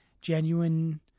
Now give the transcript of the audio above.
genuine